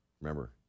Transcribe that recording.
Remember